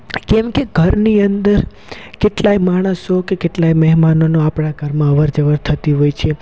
કેમ કે ઘરની અંદર કેટલાય માણસો કે કેટલાય મહેમાનોનો આપણા ઘરમાં અવરજવર થતી હોય છે